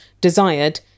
desired